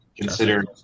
consider